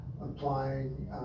applying